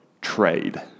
trade